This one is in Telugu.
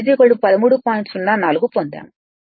04 పొందాము